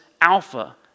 alpha